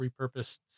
repurposed